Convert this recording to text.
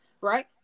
Right